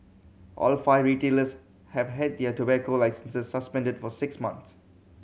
all five retailers have had their tobacco licences suspended for six months